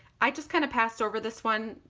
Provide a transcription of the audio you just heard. i just kind of passed over this one,